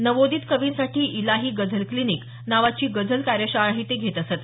नवोदित कवींसाठी इलाही गझल क्लिनिक नावाची गझल कार्यशाळाही ते घेत असत